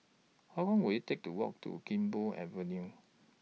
How Long Will IT Take to Walk to Gek Poh Avenue